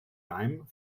leim